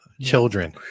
children